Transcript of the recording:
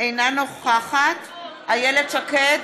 אינה נוכחת איילת שקד,